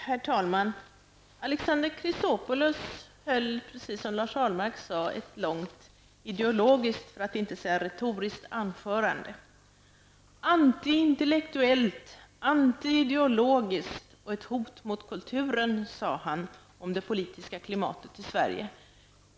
Herr talman! Alexander Chrisopoulos höll, precis som Lars Ahlmark sade, ett långt ideologiskt, för att inte säga retoriskt anförande. ''Antiintellektuellt, antiideologiskt och ett hot mot kulturen'', sade han om det politiska klimatet i Sverige.